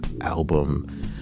album